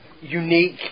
unique